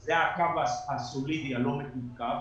זה הקו הסולידי הלא מקווקו.